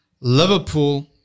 Liverpool